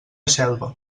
xelva